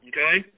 Okay